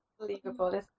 Unbelievable